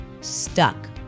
Stuck